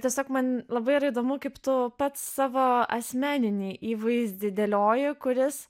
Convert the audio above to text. tiesiog man labai įdomu kaip tu pats savo asmeninį įvaizdį dėlioja kuris